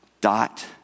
dot